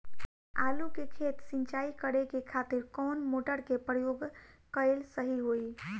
आलू के खेत सिंचाई करे के खातिर कौन मोटर के प्रयोग कएल सही होई?